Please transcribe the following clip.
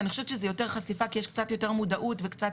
אני חושבת שזה יותר חשיפה כי יש קצת יותר מודעות וקצת